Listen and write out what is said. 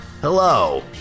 Hello